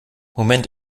moment